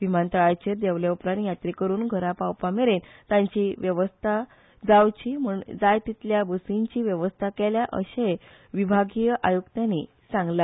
विमानतळाचेर देवले उपरांत यात्रेकरुंक घरापावपा मेरेन तांची वेवस्थाजावची म्हण जाय तितल्या बर्सीची वेवस्था केल्या अशे विभागीय आयुक्तानी सांगला